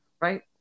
Right